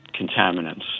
contaminants